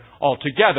altogether